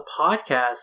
podcast